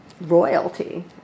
royalty